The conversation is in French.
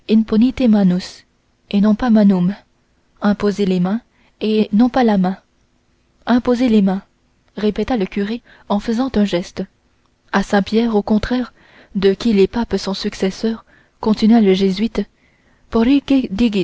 et non pas manum imposez les mains et non pas la main imposez les mains répéta le curé en faisant un geste à saint pierre au contraire de qui les papes sont successeurs continua le jésuite ponite